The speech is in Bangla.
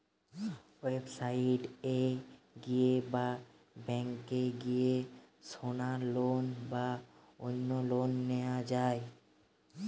ওয়েবসাইট এ গিয়ে বা ব্যাংকে গিয়ে সোনার লোন বা অন্য লোন নেওয়া যায়